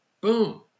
Boom